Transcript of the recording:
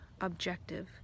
objective